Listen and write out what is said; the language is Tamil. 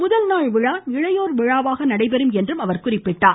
முதல்நாள் விழா இளையோர் விழாவாக நடைபெறும் என்றும் அவர் குறிப்பிட்டார்